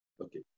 okay